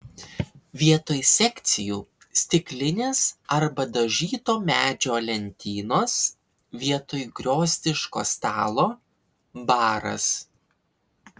vietoj sekcijų stiklinės arba dažyto medžio lentynos vietoj griozdiško stalo baras